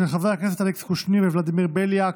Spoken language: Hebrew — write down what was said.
חברי הכנסת אלכס קושניר וולדימיר בליאק,